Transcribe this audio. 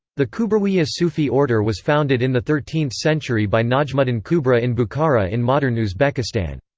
the kubrawiya sufi order was founded in the thirteenth century by najmuddin kubra in bukhara in modern uzbekistan.